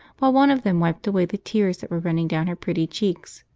while one of them wiped away the tears that were running down her pretty cheeks.